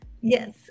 Yes